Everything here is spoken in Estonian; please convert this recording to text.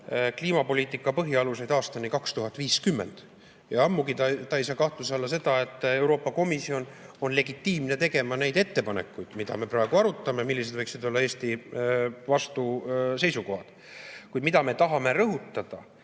"Kliimapoliitika põhialuseid aastani 2050". Ammugi ei sea ta kahtluse alla seda, et Euroopa Komisjon on legitiimne tegema neid ettepanekuid, mille puhul me praegu arutame, et millised võiksid olla Eesti vastuseisukohad. Kuid mida me tahame rõhutada